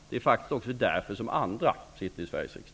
De är faktiskt därför andra sitter i Sveriges riksdag.